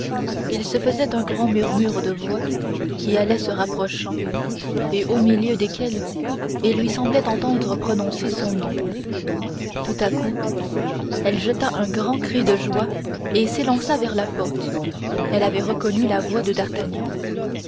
il se faisait un grand murmure de voix qui allaient se rapprochant et au milieu desquelles il lui semblait entendre prononcer son nom tout à coup elle jeta un grand cri de joie et s'élança vers la porte elle avait reconnu la voix de d'artagnan